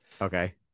Okay